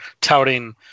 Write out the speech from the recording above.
touting